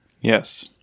Yes